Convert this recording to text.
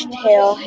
tail